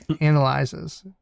analyzes